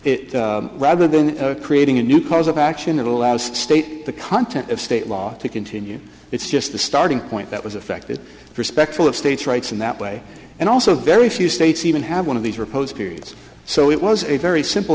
it rather than creating a new cause of action that allows state the content of state law to continue its just the starting point that was affected and respectful of states rights in that way and also very few states even have one of these riposte periods so it was a very simple